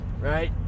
right